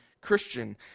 Christian